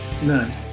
none